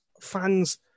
fans